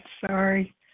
Sorry